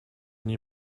nie